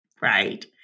right